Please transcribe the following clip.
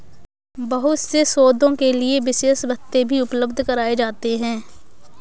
बहुत से शोधों के लिये विशेष भत्ते भी उपलब्ध कराये जाते हैं